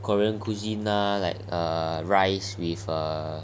korean cuisine lah like uh rice with egg